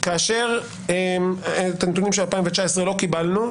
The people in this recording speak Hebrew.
כאשר את הנתונים של 2019 לא קיבלנו,